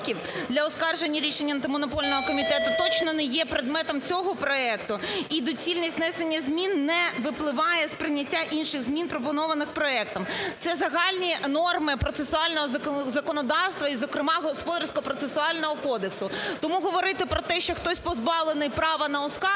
для оскарження рішення Антимонопольного комітету точно не є предметом цього проекту, і доцільність внесення змін не випливає з прийняттям інших змін, пропонованих проектом. Це загальні норми процесуального законодавства і, зокрема, Господарсько-процесуального кодексу. Тому говорити про те, що хтось позбавлений права на